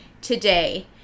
today